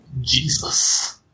Jesus